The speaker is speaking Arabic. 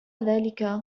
ذلك